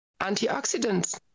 antioxidants